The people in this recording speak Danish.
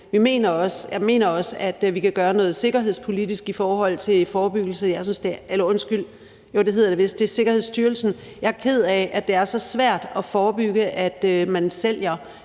det vist, for det ligger hos Sikkerhedsstyrelsen – i forhold til forebyggelse. Jeg er ked af, at det er så svært at forebygge, at man sælger